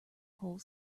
whole